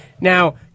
Now